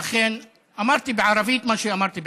אמרתי בערבית מה שאמרתי בעברית.